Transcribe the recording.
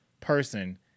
person